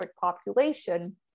population